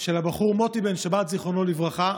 של הבחור מוטי בן שבת, זיכרונו לברכה.